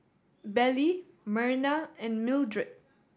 Belle Myrna and Mildred